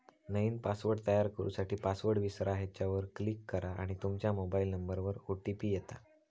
नईन पासवर्ड तयार करू साठी, पासवर्ड विसरा ह्येच्यावर क्लीक करा आणि तूमच्या मोबाइल नंबरवर ओ.टी.पी येता